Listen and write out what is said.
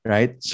Right